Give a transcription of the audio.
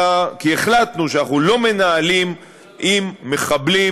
אלא כי החלטנו שאנחנו לא מנהלים עם מחבלים